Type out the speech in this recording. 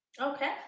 Okay